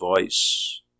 voice